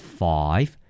five